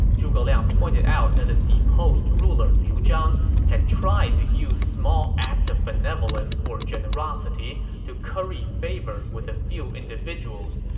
zhuge liang pointed out that the deposed ruler had tried to use small acts of benevolence or generosity to curry favor with a few individuals,